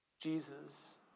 Jesus